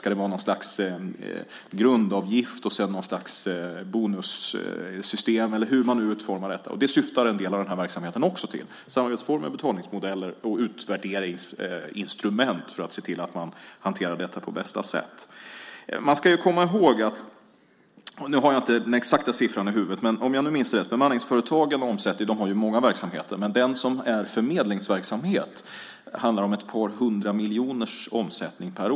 Ska det vara något slags grundavgift och sedan något slags bonussystem, eller hur ska man utforma detta? Detta syftar en del av den här verksamheten också till. Det handlar om samarbetsformer, betalningsmodeller och utvärderingsinstrument för att se till att man hanterar detta på bästa sätt. Nu har jag inte den exakta siffran i huvudet. Bemanningsföretagen har ju många verksamheter. Men om jag minns rätt omsätter förmedlingsverksamheten ett par hundra miljoner per år.